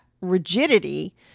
rigidity